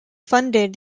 funded